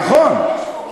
נכון.